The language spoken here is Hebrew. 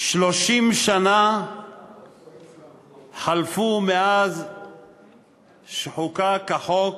30 שנה חלפו מאז שחוקק החוק